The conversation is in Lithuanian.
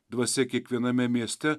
dvasia kiekviename mieste